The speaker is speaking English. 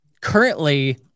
currently